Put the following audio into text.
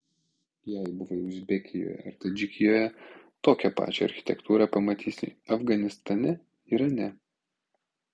jei buvai uzbekijoje ar tadžikijoje tokią pačią architektūrą pamatysi afganistane irane